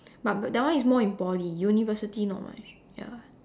but that one is more in Poly university not much ya